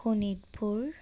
Sonitpur